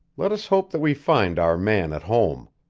let us hope that we find our man at home.